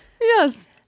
Yes